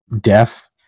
deaf